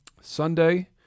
Sunday